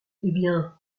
bien